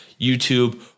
YouTube